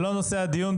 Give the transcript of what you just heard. זה לא נושא הדיון.